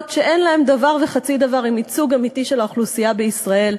שאין להן דבר וחצי דבר עם ייצוג אמיתי של האוכלוסייה בישראל,